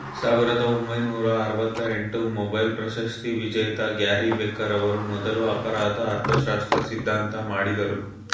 ಸಾವಿರದ ಒಂಬೈನೂರ ಆರವತ್ತಎಂಟು ಮೊಬೈಲ್ ಪ್ರಶಸ್ತಿವಿಜೇತ ಗ್ಯಾರಿ ಬೆಕರ್ ಅವ್ರು ಮೊದ್ಲು ಅಪರಾಧ ಅರ್ಥಶಾಸ್ತ್ರ ಸಿದ್ಧಾಂತ ಮಾಡಿದ್ರು